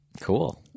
Cool